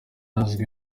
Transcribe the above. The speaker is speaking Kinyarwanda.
azwi